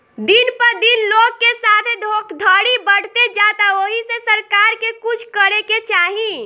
दिन प दिन लोग के साथे धोखधड़ी बढ़ते जाता ओहि से सरकार के कुछ करे के चाही